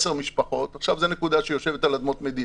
עשר משפחות ועכשיו זאת נקודה שיושבת על אדמות מדינה,